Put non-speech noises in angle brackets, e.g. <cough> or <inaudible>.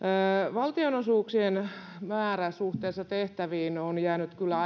valtionosuuksien määrä suhteessa tehtäviin on jäänyt kyllä <unintelligible>